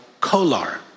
Kolar